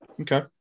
Okay